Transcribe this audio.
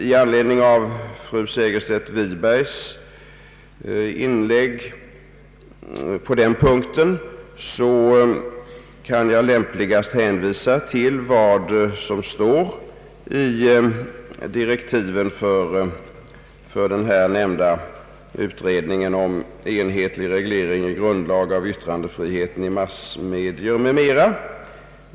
I anledning av fru Segerstedt Wibergs inlägg på den punkten kan jag lämpligast hänvisa till vad som står i direktiven för denna utredning om enhetlig reglering i grundlagen av yttrandefriheten i massmedia m.m.